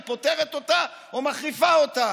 היא פותרת אותה או מחריפה אותה?